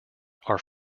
are